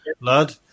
lad